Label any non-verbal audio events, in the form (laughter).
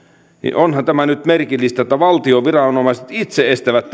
onhan tämä nyt merkillistä että valtion viranomaiset itse estävät (unintelligible)